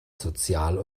sozial